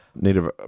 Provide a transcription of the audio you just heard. Native